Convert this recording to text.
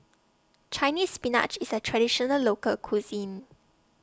Chinese Spinach IS A Traditional Local Cuisine